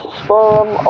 sperm